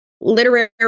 literary